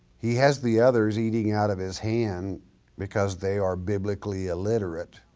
he has the others eating out of his hand because they are biblically illiterate,